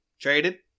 Traded